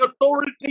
authority